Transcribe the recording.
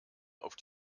auf